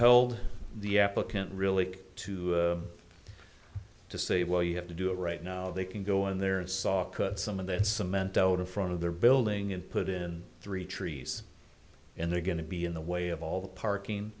hold the applicant really to to say well you have to do it right now they can go in there and saw some of this cement out in front of their building and put in three trees and they're going to be in the way of all the parking